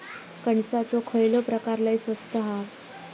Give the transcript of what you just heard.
कणसाचो खयलो प्रकार लय स्वस्त हा?